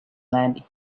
land